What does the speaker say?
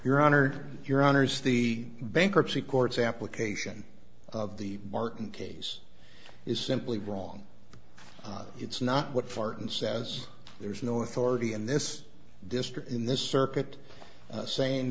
your honor your honors the bankruptcy courts application of the martin case is simply wrong it's not what fart and says there's no authority in this district in this circuit saying